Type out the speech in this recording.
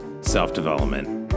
self-development